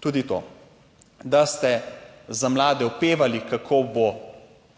tudi to, da ste za mlade opevali kako bo,